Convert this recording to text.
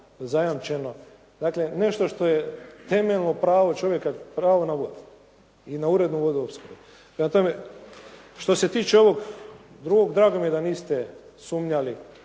zajamčeno. Dakle, nešto što je temeljno pravo čovjeka je pravo na vodu i na urednu vodoopskrbu. Prema tome, što se tiče ovog drugog drago mi je da niste sumnjali